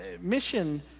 mission